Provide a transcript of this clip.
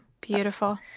Beautiful